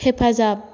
हेफाजाब